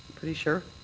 pretty sure.